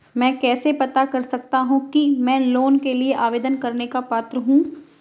मैं कैसे पता कर सकता हूँ कि मैं लोन के लिए आवेदन करने का पात्र हूँ?